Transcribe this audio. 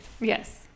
Yes